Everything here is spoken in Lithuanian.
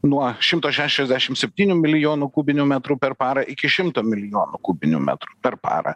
nuo šimto šešiasdešim septynių milijonų kubinių metrų per parą iki šimto milijonų kubinių metrų per parą